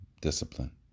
discipline